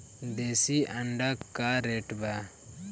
देशी अंडा का रेट बा?